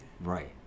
Right